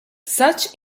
such